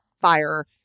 fire